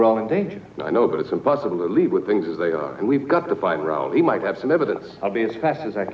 role in danger i know but it's impossible to leave with things as they are and we've got to find round he might have some evidence i'll be as fast as i